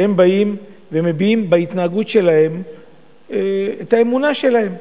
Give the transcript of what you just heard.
שהם באים ומביעים בהתנהגות שלהם את האמונה שלהם.